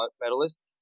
medalist